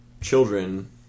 children